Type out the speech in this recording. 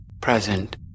present